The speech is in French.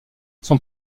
son